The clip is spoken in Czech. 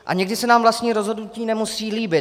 A někdy se nám vlastní rozhodnutí nemusí líbit.